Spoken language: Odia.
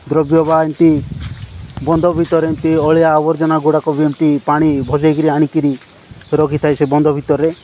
ଦ୍ରବ୍ୟ ବା ଏମିତି ବନ୍ଧ ଭିତରେ ଏମିତି ଅଳିଆ ଆବର୍ଜନାଗୁଡ଼ାକ ବି ଏମିତି ପାଣି ଭଜେଇକିରି ଆଣିକିରି ରଖିଥାଏ ସେ ବନ୍ଧ ଭିତରରେ